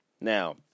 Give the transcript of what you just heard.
Now